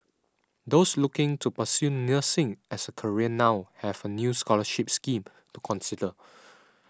those looking to pursue nursing as a career now have a new scholarship scheme to consider